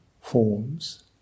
forms